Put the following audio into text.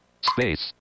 Space